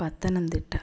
Pathanamthitta